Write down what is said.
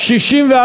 לסעיף 55 לא נתקבלה.